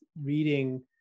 reading